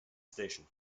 station